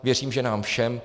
Věřím, že nám všem.